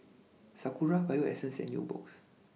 Sakura Bio Essence and Nubox